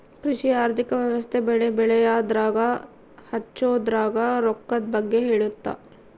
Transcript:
ಕೃಷಿ ಆರ್ಥಿಕ ವ್ಯವಸ್ತೆ ಬೆಳೆ ಬೆಳೆಯದ್ರಾಗ ಹಚ್ಛೊದ್ರಾಗ ರೊಕ್ಕದ್ ಬಗ್ಗೆ ಹೇಳುತ್ತ